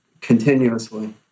continuously